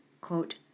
quote